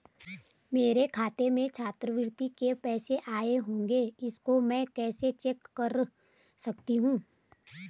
मेरे खाते में छात्रवृत्ति के पैसे आए होंगे इसको मैं कैसे चेक कर सकती हूँ?